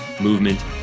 movement